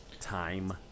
time